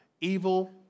Evil